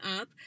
up